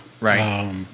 Right